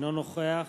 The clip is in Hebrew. אינו נוכח